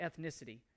ethnicity